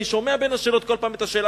אני שומע בין השאלות כל פעם את השאלה